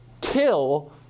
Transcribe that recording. kill